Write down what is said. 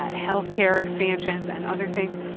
health care expansions and other things.